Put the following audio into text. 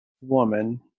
woman